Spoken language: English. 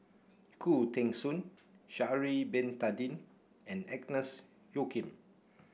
Khoo Teng Soon Sha'ari Bin Tadin and Agnes Joaquim